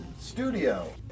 Studio